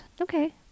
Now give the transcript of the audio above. Okay